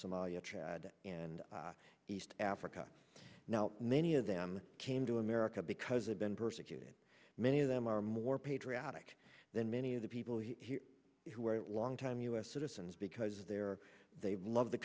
somalia chad and east africa now many of them came to america because they've been persecuted many of them are more patriotic than many of the people here who are long time u s citizens because they're they love the